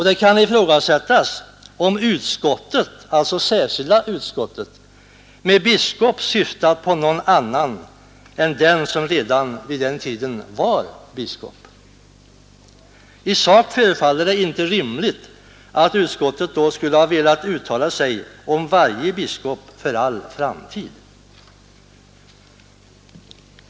Det kan ifrågasättas om särskilda utskottet med ”biskop” syftat på någon annan än den som redan vid den tiden var biskop. I sak förefaller det inte rimligt att utskottet skulle ha velat uttala sig om varje biskop för all framtid.